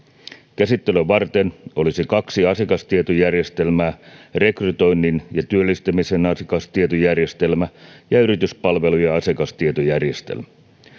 käsittelyä varten olisi kaksi asiakastietojärjestelmää rekrytoinnin ja työllistämisen asiakastietojärjestelmä ja yrityspalvelujen asiakastietojärjestelmä